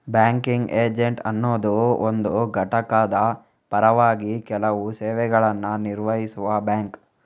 banking agent ಅನ್ನುದು ಒಂದು ಘಟಕದ ಪರವಾಗಿ ಕೆಲವು ಸೇವೆಗಳನ್ನ ನಿರ್ವಹಿಸುವ ಬ್ಯಾಂಕ್